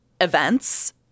events